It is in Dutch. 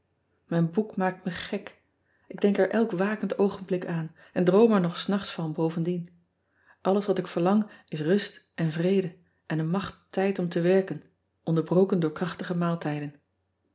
ijn boek maakt me gek k denk er elk wakend oogenblik aan en droom er nog s nachts van bovendien lles wat ik verlang is rust en vrede en een macht tijd om te werken onderbroken door krachtige maaltijden